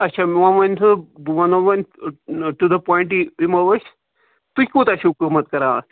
اَچھا وۅنۍ ؤنۍ تَو بہٕ وَنو وۅنۍ ٹُو دَ پویِنٹٕے یِمو أسۍ تُہۍ کوٗتاہ چھُو قۭمَتھ کَران اَتھ